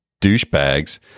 douchebags